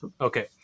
Okay